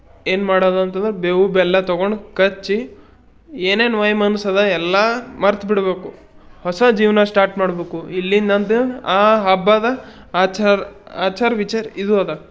ಏನು ಮಾಡೋದಂತಂದ್ರೆ ಬೇವು ಬೆಲ್ಲ ತೊಗೊಂಡು ಕಚ್ಚಿ ಏನೇನು ವೈಮನಸ್ಸದ ಎಲ್ಲ ಮರ್ತು ಬಿಡಬೇಕು ಹೊಸ ಜೀವನ ಸ್ಟಾಟಾ ಮಾಡಬೇಕು ಇಲ್ಲಿಂದ ಅಂದು ಆ ಹಬ್ಬದ ಆಚಾರ ಆಚಾರ ವಿಚಾರ ಇದು ಅದ